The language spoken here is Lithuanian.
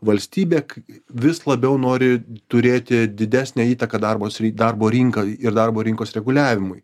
valstybė kai vis labiau nori turėti didesnę įtaką darbo sri darbo rinkai ir darbo rinkos reguliavimui